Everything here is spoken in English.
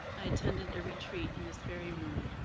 i attended a retreat in this very room.